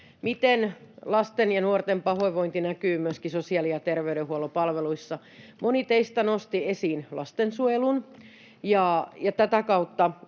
miten lasten ja nuorten pahoinvointi näkyy myöskin sosiaali‑ ja terveydenhuollon palveluissa. Moni teistä nosti esiin lastensuojelun, ja tätä kautta